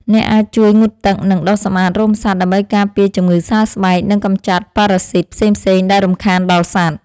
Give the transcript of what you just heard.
អ្នកអាចជួយងូតទឹក និងដុសសម្អាតរោមសត្វ ដើម្បីការពារជំងឺសើស្បែក និងកម្ចាត់ប៉ារ៉ាស៊ីតផ្សេងៗដែលរំខានដល់សត្វ។